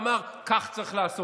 אחד שבא ואמר שכך צריך לעשות.